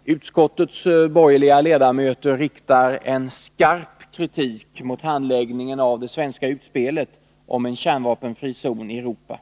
Herr talman! Utskottets borgerliga ledamöter riktar en skarp kritik mot handläggningen av det svenska utspelet om en kärnvapenfri zon i Europa.